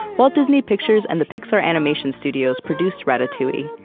walt disney pictures and the pixar animation studios produced ratatouille,